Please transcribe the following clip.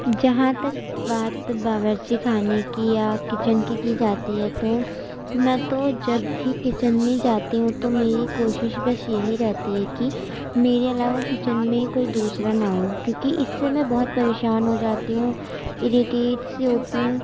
جہاں تک بات باورچی خانے کی یا کچن کی کی جاتی ہے تو میں تو جب بھی کچن میں جاتی ہوں تو میری کوشش بس یہی رہتی ہے کہ میرے علاوہ کچن میں کوئی دوسرا نہ ہو کیونکہ اس سے میں بہت پریشان ہو جاتی ہوں اریٹیٹ سی ہوتی ہوں